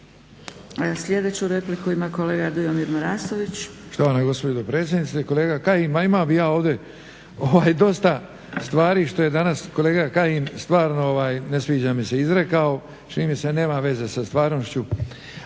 Sljedeću repliku ima kolega Dujomir Marasović.